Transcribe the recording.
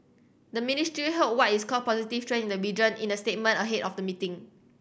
the ministry hailed what is called positive trend in the region in a statement ahead of the meeting